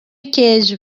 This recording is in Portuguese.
queijo